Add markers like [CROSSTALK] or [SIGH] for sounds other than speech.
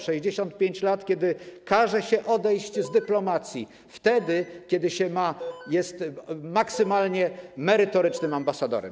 65 lat, kiedy każe się odejść [NOISE] z dyplomacji wtedy, kiedy się jest maksymalnie merytorycznym ambasadorem.